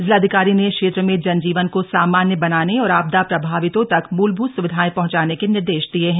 जिलाधिकारी ने क्षेत्र में जनजीवन को सामान्य बनाने और आपदा प्रभावितों तक मूलभूत सुविधाएं पहुंचाने के निर्देश दिये हैं